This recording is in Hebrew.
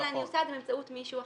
אלא נמסר באמצעות מישהו אחר.